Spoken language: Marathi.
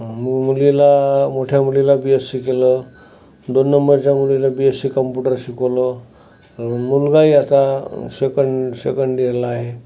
मुलगीला मोठ्या मुलीला बी एसी केलं दोन नंबरच्या मुलीला बी एसी कम्पुटर शिकवलं मुलगाही आता सेकंड सेकंड इयरला आहे